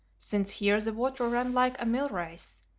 since here the water ran like a mill-race,